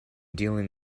dealing